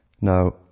Now